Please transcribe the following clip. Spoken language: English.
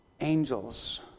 Angels